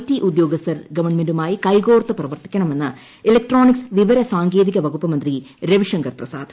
T ഉദ്യോഗസ്ഥർ ഗവണ്മെന്റുമായി കൈകോർത്തു പ്രവർത്തിക്കണെന്ന് ഇലക്ട്രോണിക്സ് വിവരസാങ്കേതിക വകുപ്പ് മന്ത്രി രവിശങ്കർ പ്രസാദ്